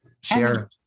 Share